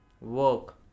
Work